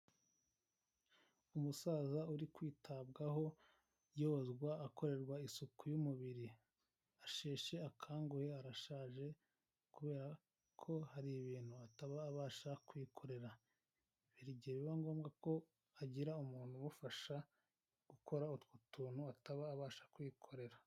Umusaza uri kwitabwaho, yozwa, akorerwa isuku y'umubiri. Asheshe akanguhe, arashaje kubera ko hari ibintu ataba abasha kwikorera. Hari igihe biba ngombwa ko hagira umuntu umufasha gukora utwo tuntu ataba abasha kwikorera.